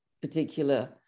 particular